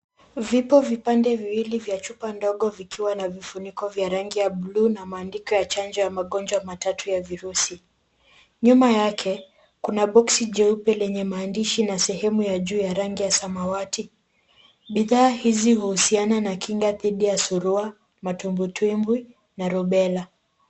Vipo vipande viwili vya chupa ndogo vikiwa na vifuniko vya rangi ya buluu na maandiko ya chanjo ya magonjwa matatu ya virusi. Nyuma yake kuna box jeupe lenye maandishi na sehemu ya juu ya rangi ya samawati. Bidhaa hizi uhusiana na kinga dhidi ya surua, matumbwitumbwi na rubela.